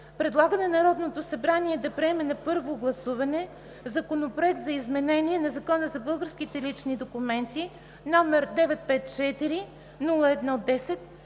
предлага на Народното събрание да приеме на първо гласуване Законопроект за изменение на Закона за българските лични документи, № 954-01-10,